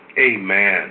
Amen